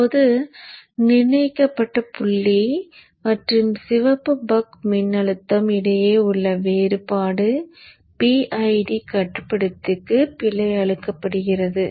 இப்போது நிர்ணயிக்கப்பட்ட புள்ளி மற்றும் சிவப்பு பக் மின்னழுத்தம் இடையே உள்ள வேறுபாடு PID கட்டுப்படுத்திக்கு பிழை அளிக்கப்படுகிறது